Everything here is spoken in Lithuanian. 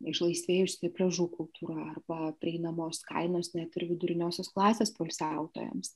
išlaisvėjusi pliažų kultūra arba prieinamos kainos net ir viduriniosios klasės poilsiautojams